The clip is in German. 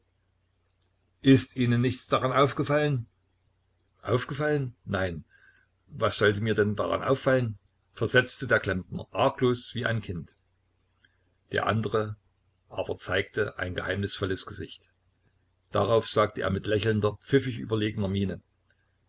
ist ihnen nichts daran aufgefallen aufgefallen nein was sollte mir denn daran auffallen versetzte der klempner arglos wie ein kind der andere aber zeigte ein geheimnisvolles gesicht darauf sagte er mit lächelnder pfiffig überlegener miene